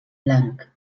blanc